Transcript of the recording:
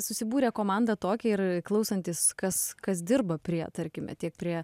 susibūrė komanda tokia ir klausantis kas kas dirba prie tarkime tiek prie